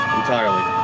entirely